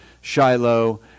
Shiloh